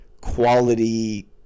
quality